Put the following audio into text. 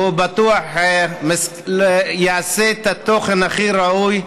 והוא בטח יעשה את התוכן הכי ראוי,